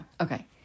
Okay